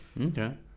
Okay